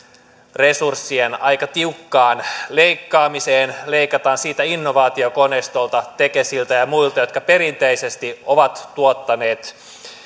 resurssien aika tiukkaan leikkaamiseen leikataan siltä innovaatiokoneistolta tekesiltä ja ja muilta jotka perinteisesti ovat tuottaneet